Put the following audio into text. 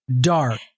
dark